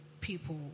people